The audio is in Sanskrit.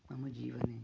मम जीवने